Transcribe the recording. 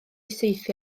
saethu